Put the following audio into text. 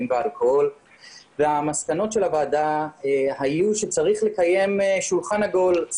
והאלכוהול והמסקנות של הוועדה היו שצריך לקיים שולחן עגול,